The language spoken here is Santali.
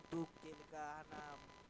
ᱫᱩᱠ ᱪᱮᱫᱠᱟ ᱦᱟᱱᱟ